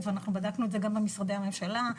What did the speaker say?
ואנחנו בדקנו את זה גם במשרדי הממשלה.